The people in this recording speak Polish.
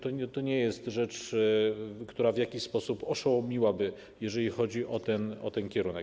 To nie jest rzecz, która w jakiś sposób oszołomiłaby, jeżeli chodzi o ten kierunek.